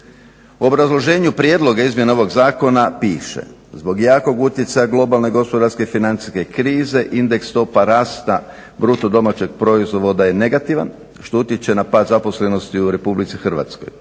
obrazloženu prijedloga izmjena ovog zakona piše "Zbog jakog utjecaja globalne gospodarske financijske krize indeks stopa rasta BDP-a je negativan što utječe na pad zaposlenosti u RH. u cilju